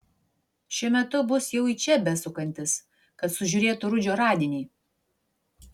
šiuo metu bus jau į čia besukantis kad sužiūrėtų rudžio radinį